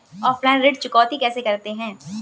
Offline ऋण चुकौती कैसे करते हैं?